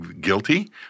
guilty